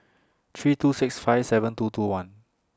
three two six five seven two two one